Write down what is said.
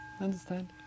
Understand